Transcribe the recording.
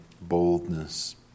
boldness